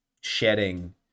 shedding